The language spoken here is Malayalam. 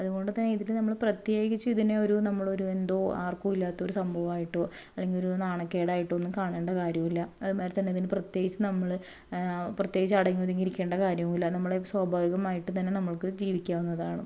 അതുകൊണ്ടു തന്നെ ഇതിൽ നമ്മൾ പ്രത്യേകിച്ച് ഇതിനെ ഒരു നമ്മൾ ഒരു എന്തോ ആർക്കുമില്ലാത്ത ഒരു സംഭവമായിട്ടോ അല്ലെങ്കിൽ ഒരു നാണക്കേടായിട്ടൊ ഒന്നും കാണേണ്ട കാര്യമില്ല അതേ മാതിരി തന്നെ ഇതിന് പ്രത്യേകിച്ച് നമ്മൾ പ്രത്യേകിച്ച് അടങ്ങി ഒതുങ്ങി ഇരിക്കേണ്ട കാര്യമില്ല നമ്മൾ സ്വാഭാവികമായിട്ട് തന്നെ നമ്മൾക്ക് ജീവിക്കാവുന്നതാണ്